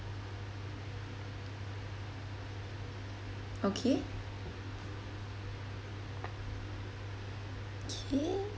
okay K